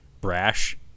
brash